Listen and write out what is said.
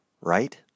Right